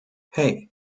hey